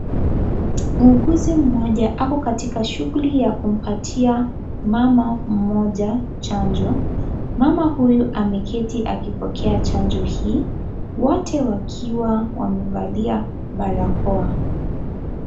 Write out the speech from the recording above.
Muuguzi mmoja ako katika shughuli ya kumpatia mama mmoja chanjo, mama huyu ameketi akipokea chanjo hii wote wakiwa wamevalia barakoa.